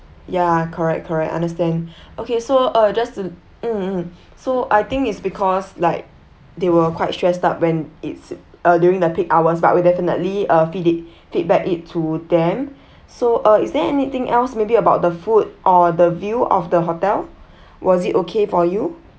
ya correct correct I understand okay so uh just to mm mm so I think it's because like they were quite stressed out when it's uh during the peak hours but we'll definitely uh feed it feedback it to them so uh is there anything else maybe about the food or the view of the hotel was it okay for you